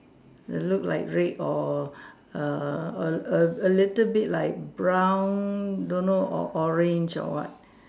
the look like red or err a A little bit like brown don't know orange or what